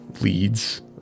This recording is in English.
leads